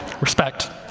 respect